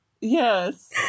yes